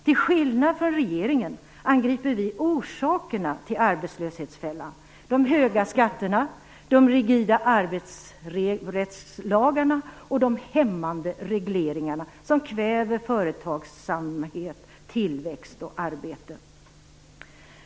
Till skillnad från regeringen angriper vi orsakerna till arbetslöshetsfällan - de höga skatterna, de rigida arbetsrättslagarna och de hämmande regleringarna, som kväver företagsamhet, tillväxt och arbete.